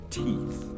teeth